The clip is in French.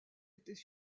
étaient